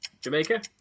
Jamaica